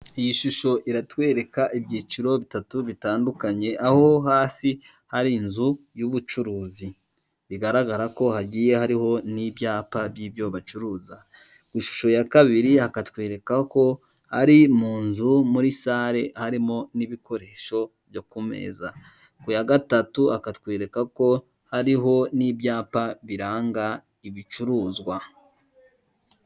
Iyi shusho iratwereka ibyiciro bitatu bitandukanye aho hasi hari inzu y'ubucuruzi, bigaragara ko hagiye hariho n'ibyapa by'ibyo bacuruza, ishusho ya kabiri hakatwereka ko ari mu nzu muri sare harimo n'ibikoresho byo ku meza, ku ya gatatu hakatwereka ko hariho n'ibyapa biranga ibicuruzwa.